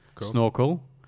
Snorkel